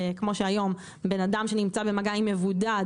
כמו שהיום בן אדם שנמצא במגע עם מבודד,